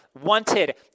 wanted